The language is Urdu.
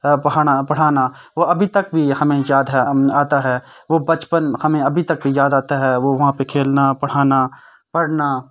پڑھانا پڑھانا وہ ابھی تک بھی ہمیں یاد ہے آتا ہے وہ بچپن ہمیں ابھی تک یاد آتا ہے وہ وہاں پہ کھیلنا پڑھانا پڑھنا